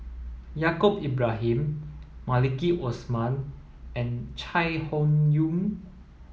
Yaacob Ibrahim Maliki Osman and Chai Hon Yoong